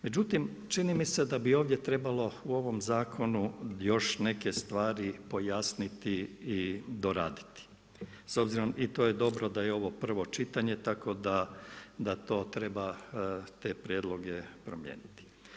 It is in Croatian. Međutim, čini mi se da bi ovdje trebalo u ovom zakonu još neke stvari pojasniti i doraditi s obzirom, i to je dobro da je ovo prvo čitanje tako da to treba, te prijedloge promijeniti.